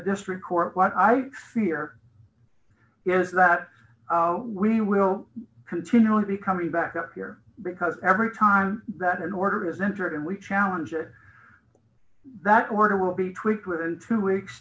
district court what i fear is that we will continually be coming back up here because every time that an order is entered and we challenge it that word will be tweaked within two weeks